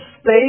state